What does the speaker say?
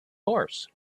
horse